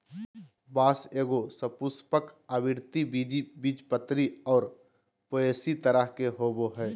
बाँस एगो सपुष्पक, आवृतबीजी, बीजपत्री और पोएसी तरह के होबो हइ